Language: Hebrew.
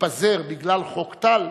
תתפזר בגלל חוק טל,